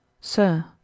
Sir